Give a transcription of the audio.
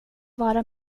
vara